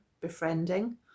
befriending